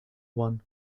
one